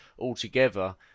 altogether